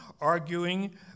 arguing